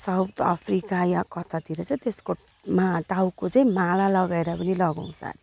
south Africa या कतातिर चाहिँ त्यसको मा टाउको चाहिँ माला लगाएर पनि लगाउँछ